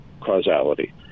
causality